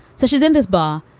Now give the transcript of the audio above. so she's in this bar.